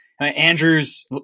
Andrews